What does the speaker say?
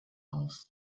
auf